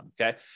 okay